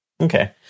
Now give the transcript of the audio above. Okay